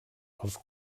els